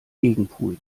gegenpol